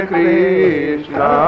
Krishna